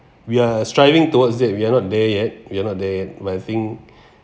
we are striving towards it we are not there yet we are not there yet but I think